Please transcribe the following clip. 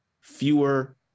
fewer